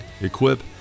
equip